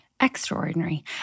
Extraordinary